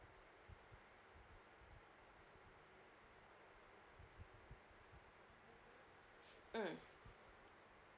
mm